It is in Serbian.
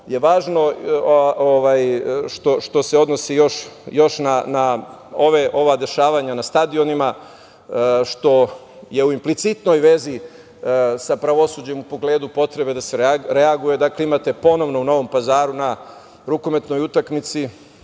je važno, što se odnosi još na ova dešavanja na stadionima, što je u implicitnoj vezi sa pravosuđem u pogledu potrebe da se reaguje. Dakle, imate ponovo u Novom Pazaru na rukometnoj utakmici